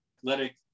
athletic